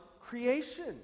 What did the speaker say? creation